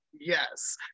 yes